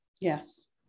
Yes